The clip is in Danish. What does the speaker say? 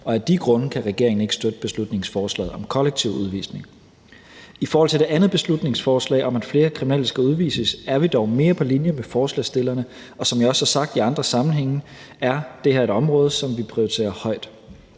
og af de grunde kan regeringen ikke støtte beslutningsforslaget om kollektiv udvisning. I forhold til det andet beslutningsforslag om, at flere kriminelle skal udvises, er vi dog mere på linje med forslagsstillerne, og som jeg også har sagt i andre sammenhænge, er det her et område, som vi prioriterer højt.